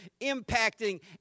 impacting